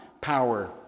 power